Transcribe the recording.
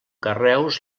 carreus